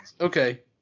Okay